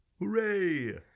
Hooray